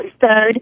third